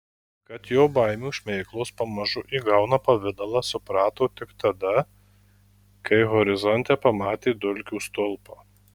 kad jo baimių šmėklos pamažu įgauna pavidalą suprato tik tada kai horizonte pamatė dulkių stulpą